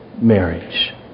marriage